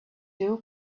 two